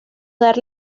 dar